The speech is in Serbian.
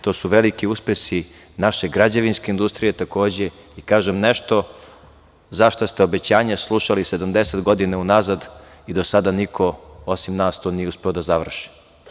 To su veliki uspesi naše građevinske industrije i, kažem, nešto za šta ste obećanja slušali 70 godina unazad i do sada niko osim nas to nije uspeo da završi.